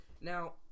Now